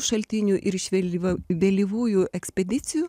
šaltinių ir iš vėlyvo vėlyvųjų ekspedicijų